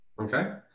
Okay